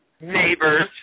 Neighbors